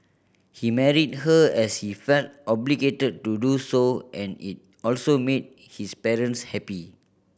he married her as he felt obligated to do so and it also made his parents happy